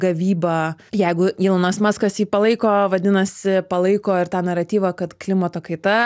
gavybą jeigu ilonas maskas jį palaiko vadinasi palaiko ir tą naratyvą kad klimato kaita